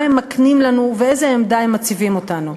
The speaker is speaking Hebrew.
מה הם מקנים לנו ואיזו עמדה הם מציבים לנו.